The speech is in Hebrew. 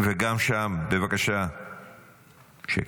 וגם שם, בבקשה, שקט.